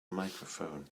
microphone